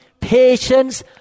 patience